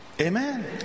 Amen